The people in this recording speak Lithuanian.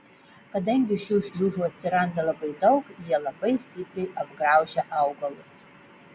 kadangi šių šliužų atsiranda labai daug jie labai stipriai apgraužia augalus